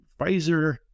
pfizer